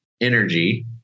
energy